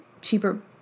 cheaper